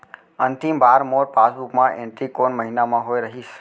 अंतिम बार मोर पासबुक मा एंट्री कोन महीना म होय रहिस?